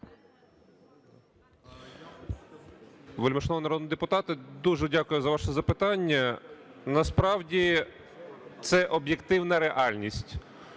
Вельмишановний народний депутате, дуже дякую за ваше запитання. Насправді це об'єктивна реальність,